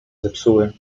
zepsuły